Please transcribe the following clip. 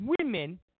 women